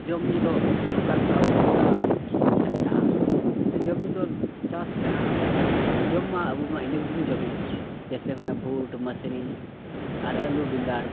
ᱡᱚᱢᱼᱧᱩ ᱫᱚ ᱱᱚᱝᱠᱟᱱ ᱞᱮᱠᱟ ᱚᱥᱩᱵᱤᱫᱟ ᱥᱮ ᱢᱮᱱᱟᱜᱼᱟ ᱥᱮ ᱡᱚᱢᱼᱧᱩ ᱫᱚ ᱪᱟᱥ ᱡᱟᱦᱟᱱᱟᱜ ᱪᱟᱥᱚᱜ ᱠᱟᱱᱟ ᱡᱚᱢ ᱢᱟ ᱟᱵᱚ ᱢᱟ ᱤᱱᱟᱹ ᱜᱮᱵᱚᱱ ᱡᱚᱢᱮᱜᱼᱟ ᱡᱮᱥᱮ ᱦᱩᱭᱱᱟ ᱵᱷᱩᱴ ᱢᱟᱹᱥᱨᱤ ᱟᱨ ᱟᱹᱞᱩ ᱵᱮᱸᱜᱟᱲ